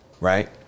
right